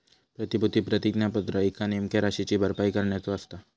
प्रतिभूती प्रतिज्ञापत्र एका नेमक्या राशीची भरपाई करण्याचो असता